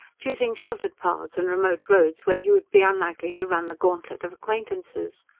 choosing sheltered paths and remote roads where he would be unlikely to run the gauntlet of acquaintances.